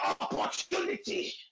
opportunity